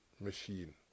machine